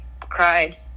cried